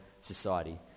society